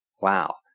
Wow